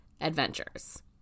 adventures